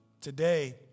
Today